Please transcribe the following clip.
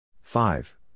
five